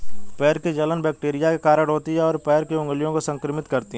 पैर की जलन बैक्टीरिया के कारण होती है, और पैर की उंगलियों को संक्रमित करती है